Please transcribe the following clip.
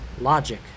Logic